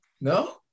No